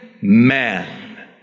man